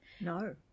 No